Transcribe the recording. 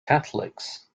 catholics